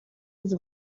his